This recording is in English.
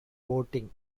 voting